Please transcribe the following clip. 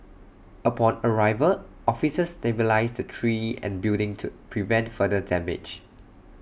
upon arrival officers stabilised the tree and building to prevent further damage